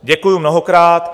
Děkuji mnohokrát.